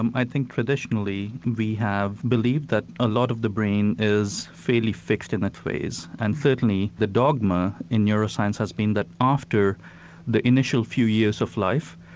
um i think traditionally we have believed that a lot of the brain is fairly fixed in its ways, and certainly the dogma in neuroscience has been that after the initial few years of life,